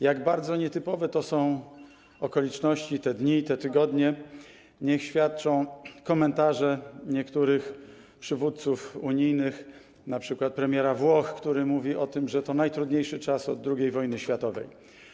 Jak bardzo nietypowe to są okoliczności, te dni i te tygodnie, niech świadczą komentarze niektórych przywódców unijnych, np. premiera Włoch, który mówi, że to jest najtrudniejszy czas od czasów II wojny światowej.